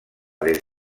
des